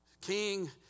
King